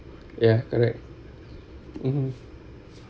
ya correct mmhmm